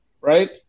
right